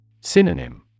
Synonym